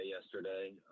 yesterday